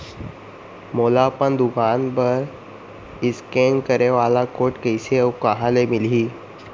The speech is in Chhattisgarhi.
मोला अपन दुकान बर इसकेन करे वाले कोड कइसे अऊ कहाँ ले मिलही?